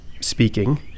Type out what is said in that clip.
speaking